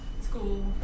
school